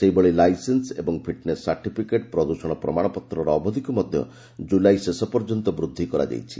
ସେହିଭଳି ଲାଇସେନ୍ସ ଏବଂ fitness certificate ପ୍ରଦୂଷଣ ପ୍ରମାଣପତ୍ରର ଅବଧିକୁ ମଧ୍ୟ ଜୁଲାଇ ଶେଷ ପର୍ଯ୍ୟନ୍ତ ବୃଦ୍ଧି କରାଯାଇଛି